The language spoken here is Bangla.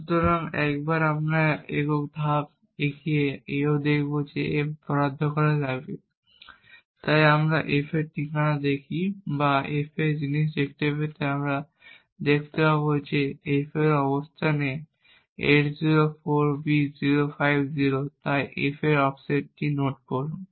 সুতরাং একবার আমরা একক ধাপ এগিয়ে এও দেখব যে f বরাদ্দ করা হবে তাই আমরা f এর ঠিকানা দেখি বা f এর জিনিস পেতে এবং আমরা দেখতে পাব যে f একটি অবস্থানে 804b050 তাই f এর অফসেটটি নোট করুন